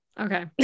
okay